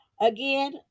again